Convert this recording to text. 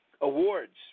awards